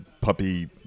puppy